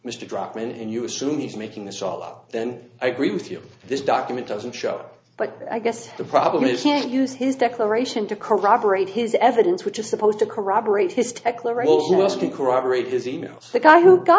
druckman and you assume he's making this all up then i agree with you this document doesn't show but i guess the problem is you can't use his declaration to corroborate his evidence which is supposed to corroborate his tech laroche was to corroborate his e mails the guy who got